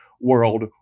world